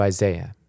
Isaiah